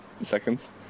seconds